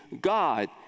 God